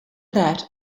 that